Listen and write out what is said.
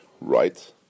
right